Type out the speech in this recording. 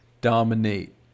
dominate